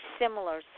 similar